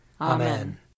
Amen